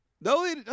No